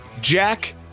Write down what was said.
Jack